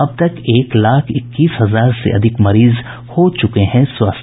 अब तक एक लाख इक्कीस हजार से अधिक मरीज हो चुके हैं स्वस्थ